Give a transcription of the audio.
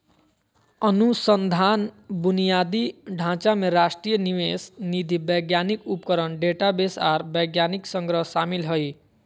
अनुसंधान बुनियादी ढांचा में राष्ट्रीय निवेश निधि वैज्ञानिक उपकरण डेटाबेस आर वैज्ञानिक संग्रह शामिल हइ